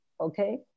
okay